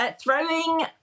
Throwing